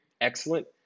Excellent